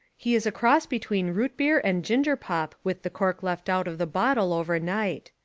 he is a cross between root beer and ginger pop with the cork left out of the bottle overnight.